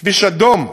כביש אדום,